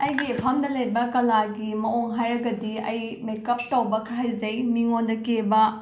ꯑꯩꯒꯤ ꯃꯐꯝꯗ ꯂꯩꯕ ꯀꯂꯥꯒꯤ ꯃꯑꯣꯡ ꯍꯥꯏꯔꯒꯗꯤ ꯑꯩ ꯃꯦꯀꯞ ꯇꯧꯕ ꯈꯔ ꯍꯩꯖꯩ ꯃꯤꯉꯣꯟꯗ ꯀꯦꯕ